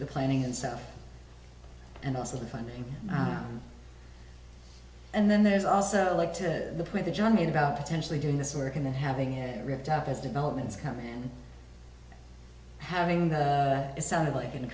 the planning and stuff and also the funding and then there's also like to the point that john made about potentially doing this work in the having it ripped up as developments coming and having it sounded like an